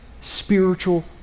spiritual